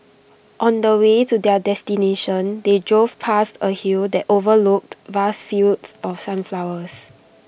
on the way to their destination they drove past A hill that overlooked vast fields of sunflowers